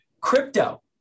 Crypto